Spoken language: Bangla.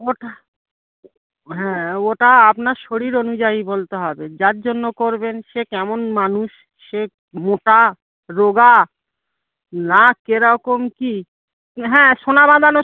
ওটা হ্যাঁ ওটা আপনার শরীর অনুযায়ী বলতে হবে যার জন্য করবেন সে কেমন মানুষ সে মোটা রোগা না কেরকম কী হ্যাঁ সোনা বাঁধানো